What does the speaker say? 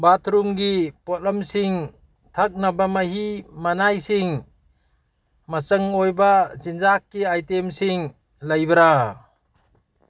ꯕꯥꯠꯔꯨꯝꯒꯤ ꯄꯣꯠꯂꯝꯁꯤꯡ ꯊꯛꯅꯕ ꯃꯍꯤ ꯃꯅꯥꯏꯁꯤꯡ ꯃꯆꯪ ꯑꯣꯏꯕ ꯆꯤꯟꯖꯥꯛꯀꯤ ꯑꯥꯏꯇꯦꯝꯁꯤꯡ ꯂꯩꯕ꯭ꯔꯥ